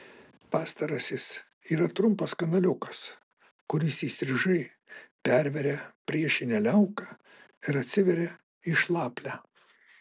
pastarasis yra trumpas kanaliukas kuris įstrižai perveria priešinę liauką ir atsiveria į šlaplę